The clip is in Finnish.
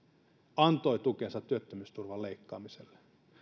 antoi tukensa työttömyysturvan leikkaamiselle